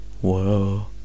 whoa